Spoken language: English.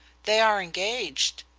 they are engaged.